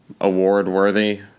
award-worthy